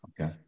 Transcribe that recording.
Okay